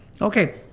Okay